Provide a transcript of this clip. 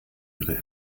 ihre